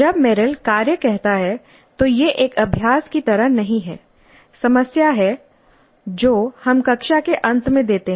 जब मेरिल कार्य कहता है तो यह एक अभ्यास की तरह नहीं है समस्या है जो हम कक्षा के अंत में देते हैं